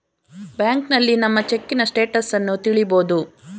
ಬ್ಯಾಂಕ್ನಲ್ಲಿ ನಮ್ಮ ಚೆಕ್ಕಿನ ಸ್ಟೇಟಸನ್ನ ತಿಳಿಬೋದು